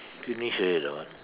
finish already that one